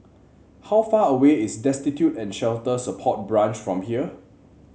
how far away is Destitute and Shelter Support Branch from here